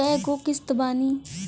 कय गो किस्त बानी?